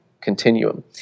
continuum